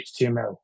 HTML